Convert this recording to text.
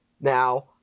Now